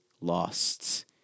lost